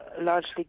largely